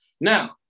Now